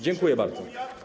Dziękuję bardzo.